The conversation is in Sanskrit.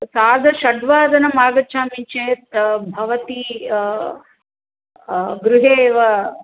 सार्धषड्वादनमागच्छामि चेत् भवती गृहे एव